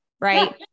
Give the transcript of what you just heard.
right